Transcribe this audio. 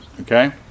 okay